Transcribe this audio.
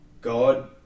God